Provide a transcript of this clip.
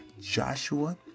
Joshua